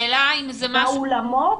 באולמות?